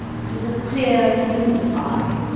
it was a clear blue eye,